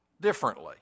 differently